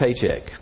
paycheck